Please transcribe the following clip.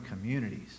communities